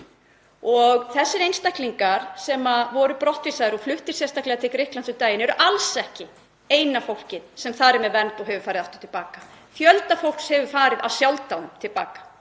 og þeim einstaklingum sem var vísað brott og voru fluttir sérstaklega til Grikklands um daginn eru alls ekki eina fólkið sem þar er með vernd og hefur farið aftur til baka. Fjöldi fólks hefur farið af sjálfsdáðum til baka.